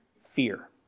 fear